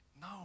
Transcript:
No